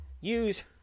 Use